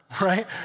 right